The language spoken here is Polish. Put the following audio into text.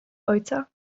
ojca